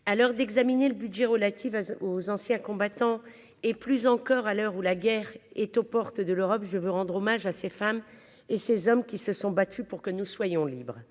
à l'heure d'examiner le budget relatives à aux anciens combattants et plus encore à l'heure où la guerre est aux portes de l'Europe, je veux rendre hommage à ces femmes et ces hommes qui se sont battus pour que nous soyons libres